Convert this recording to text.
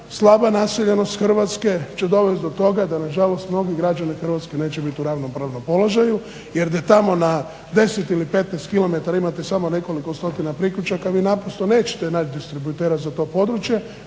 slaba naseljenost Hrvatske će dovest do toga da nažalost mnogi građani Hrvatske neće biti u ravnopravnom položaju jer je tamo na deset ili 15 km imate samo nekoliko stotina priključaka vi naprosto nećete naći distributera za to područje.